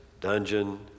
dungeon